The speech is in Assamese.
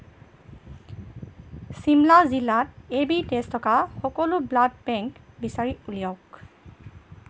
শিমলা জিলাত এ বি তেজ থকা সকলো ব্লাড বেংক বিচাৰি উলিয়াওক